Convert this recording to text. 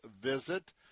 visit